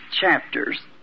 chapters